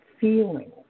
feelings